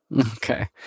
Okay